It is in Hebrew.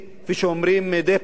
כפי שאומרים מדי פעם,